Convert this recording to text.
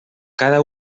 cada